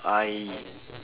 I